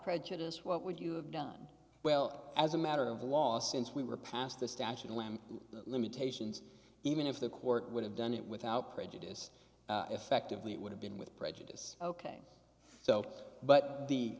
prejudice what would you have done well as a matter of law since we were passed the statute lamb limitations even if the court would have done it without prejudice effectively it would have been with prejudice ok so but the